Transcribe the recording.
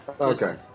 Okay